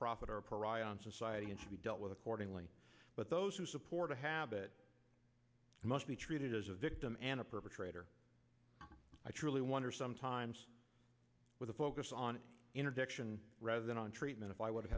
profit are a pariah on society and should be dealt with accordingly but those who support a habit must be treated as a victim and a perpetrator i truly wonder sometimes with a focus on interdiction rather than on treatment if i would